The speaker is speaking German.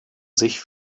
sich